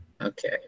Okay